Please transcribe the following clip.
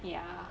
ya